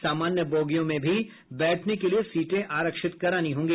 सामान्य बोगियो में भी बैठने के लिए सीटें आरक्षित करानी होंगी